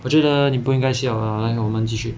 我觉得你不应该笑 lah 来我们继续